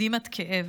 יודעים עד כאב,